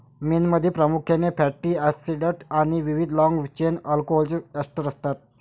मेणमध्ये प्रामुख्याने fatty acids आणि विविध लाँग चेन अल्कोहोलचे एस्टर असतात